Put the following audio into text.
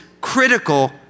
critical